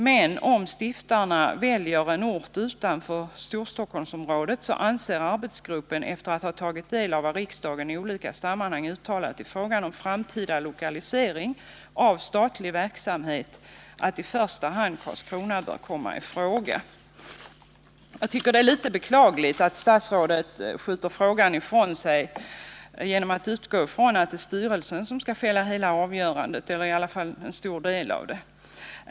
Men om stiftarna väljer en ort utanför Storstockholmsområdet anser arbetsgruppen, efter att ha tagit del av vad riksdagen i olika sammanhang har uttalat i fråga om framtida lokalisering av statlig verksamhet, att i första hand Karlskrona bör komma i fråga. Det är lite beklagligt att statsrådet skjuter frågan ifrån sig genom att utgå från att det är styrelsen som skall fälla hela avgörandet, eller i varje fall en stor del av det.